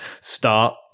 Start